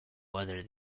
whether